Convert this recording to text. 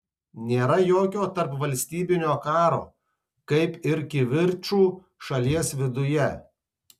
nėra jokio tarpvalstybinio karo kaip ir kivirčų šalies viduje